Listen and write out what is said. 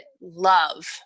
love